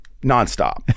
Nonstop